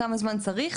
כמה זמן צריך.